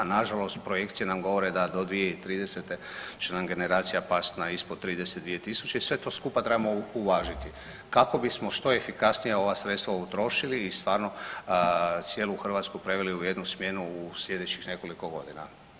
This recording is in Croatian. Nažalost projekcije nam govore da do 2030. će nam generacija past na ispod 32.000 i sve to skupa trebamo uvažiti kako bismo što efikasnije ova sredstva utrošili i stvarno cijelu Hrvatsku preveli u jednu smjenu u slijedećih nekoliko godina.